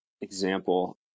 example